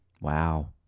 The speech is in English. Wow